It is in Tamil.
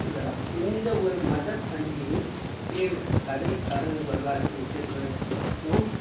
இவ்வளோதான் எந்த ஒரு மத பண்டிகையும் பிடியலரசு கதை சடலங் வரலாறு முக்கியத்துவம்